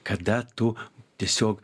kada tu tiesiog